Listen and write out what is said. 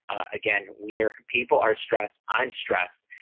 again, we are, people are stressed, i'm stressed,